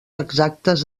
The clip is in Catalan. exactes